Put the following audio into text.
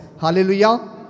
hallelujah